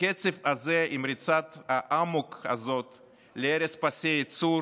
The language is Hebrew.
בקצב הזה, עם ריצת האמוק הזאת להרס פסי הייצור,